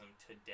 today